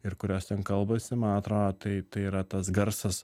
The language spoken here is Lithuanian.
ir kurios ten kalbasi man atrodo tai tai yra tas garsas